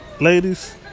ladies